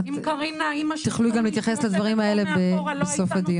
את תוכלי גם להתייחס לדברים האלה בסוף הדיון.